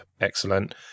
excellent